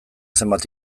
zenbait